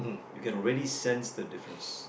you can already sense thee difference